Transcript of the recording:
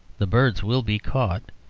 the birds will be caught,